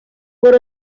por